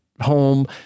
Home